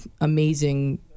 amazing